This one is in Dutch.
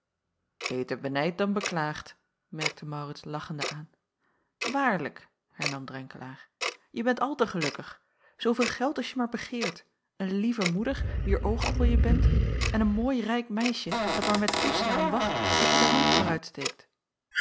beter benijd dan beklaagd merkte maurits lachende aan waarlijk hernam drenkelaer je bent al te gelukkig zooveel geld als je maar begeert een lieve moeder wier oogappel je bent en een mooi rijk meisje dat maar met toeslaan wacht tot je de hand